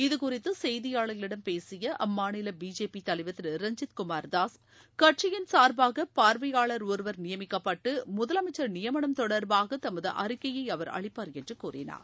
இது குறித்து செய்தியாளர்களிடம் பேசிய அம்மாநில பிஜேபி தலைவர் திரு ரஞ்ஜித் குமார் தாஸ் கட்சியின் சார்பாக பார்வையாளர் ஒருவர் நியமிக்கப்பட்டு முதலமைச்சர் நியமனம் தொடர்பாக தமது அறிக்கையை அவர் அளிப்பார் என்று கூறினார்